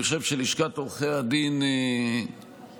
אני חושב שלשכת עורכי הדין ידעה,